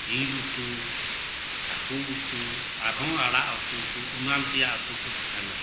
ᱡᱤᱞ ᱩᱛᱩ ᱦᱟᱹᱠᱩ ᱩᱛᱩ ᱟᱨᱦᱚᱸ ᱟᱲᱟᱜ ᱩᱛᱩ ᱠᱚ ᱮᱢᱟᱱ ᱛᱮᱭᱟᱜ ᱩᱛᱩ ᱠᱚ ᱛᱟᱦᱮᱱᱟ